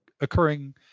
occurring